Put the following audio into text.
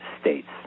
states